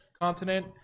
continent